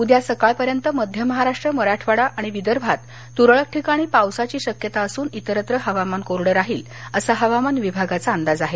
उद्या सकाळपर्यंत मध्य महाराष्ट्र मराठवाडा आणि विदर्भात तरळक ठिकाणी पावसाची शक्यता असन इतरत्र हवामान कोरडं राहील असा हवामान विभागाचा अंदाज आहे